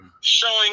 Showing